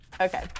Okay